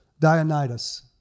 Dionysus